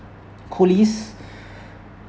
coolies